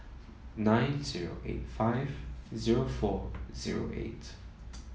nine zero eight five zero four zero eight